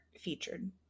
featured